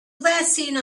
vaccine